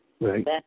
Right